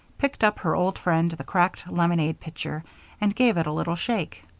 picked up her old friend, the cracked lemonade-pitcher and gave it a little shake.